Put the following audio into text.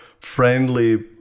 friendly